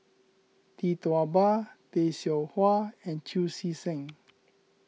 Tee Tua Ba Tay Seow Huah and Chu Chee Seng